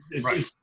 Right